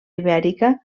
ibèrica